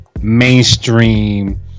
mainstream